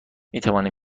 میتوانیم